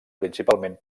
principalment